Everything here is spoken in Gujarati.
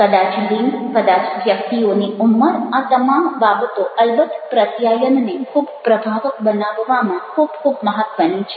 કદાચ લિંગ કદાચ વ્યક્તિઓની ઉંમર આ તમામ બાબતો અલબત્ત પ્રત્યાયનને ખૂબ પ્રભાવક બનાવવામાં ખૂબ ખૂબ મહત્વની છે